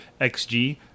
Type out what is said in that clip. XG